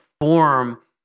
form